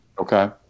okay